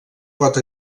pot